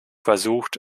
versucht